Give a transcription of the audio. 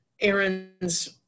Aaron's